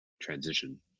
transition